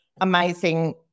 amazing